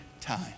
time